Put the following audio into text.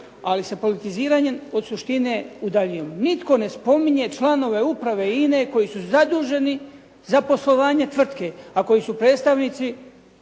ali se politiziranjem od suštine udaljujemo. Nitko ne spominje članove uprave INA-e koji su zaduženi za poslovanje tvrtke, a koji su predstavnici